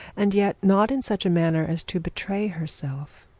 and yet not in such a manner as to betray herself.